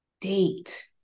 date